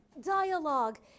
dialogue